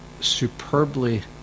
superbly